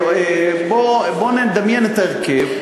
בוא נדמיין את ההרכב,